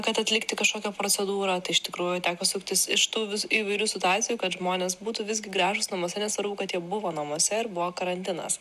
kad atlikti kažkokią procedūrą tai iš tikrųjų teko suktis iš tų įvairių situacijų kad žmonės būtų visgi gražūs namuose nesvarbu kad jie buvo namuose ir buvo karantinas